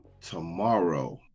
tomorrow